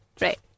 Right